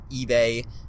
ebay